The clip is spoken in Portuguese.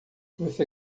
você